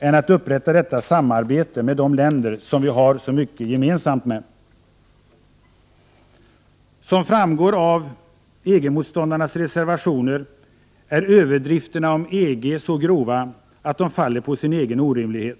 än att upprätta detta samarbete med de länder som vi har så mycket gemensamt med i övrigt? Som framgår av EG-motståndarnas reservationer är överdrifterna om EG så grova att de faller på sin egen orimlighet.